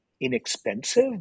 inexpensive